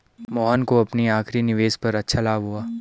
मोहन को अपनी आखिरी निवेश पर अच्छा लाभ हुआ